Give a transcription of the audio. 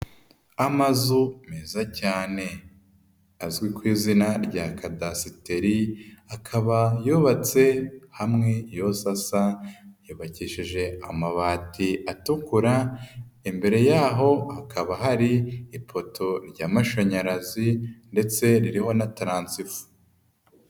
Amazu meza cyane azwi ku izina rya kadasiteri akaba yubatse hamwe yose asa yubakishije amabati atukura imbere yaho hakaba hari ipoto ry'amashanyarazi ndetse ririho na taransifa.